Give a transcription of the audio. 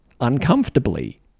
uncomfortably